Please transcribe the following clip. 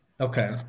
Okay